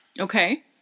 Okay